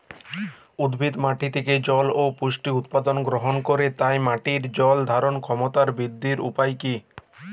উদ্ভিদ মাটি থেকে জল ও পুষ্টি উপাদান গ্রহণ করে তাই মাটির জল ধারণ ক্ষমতার বৃদ্ধির উপায় কী?